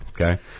okay